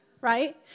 right